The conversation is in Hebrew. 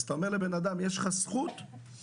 אתה אומר לאדם: יש לך זכות לשתוק,